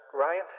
Ryan